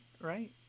right